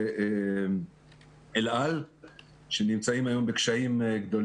אני מדבר על חברת אל-על שנמצאת היום בקשיים גדולים.